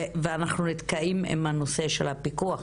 ואנחנו נתקעים עם הנושא של הפיקוח,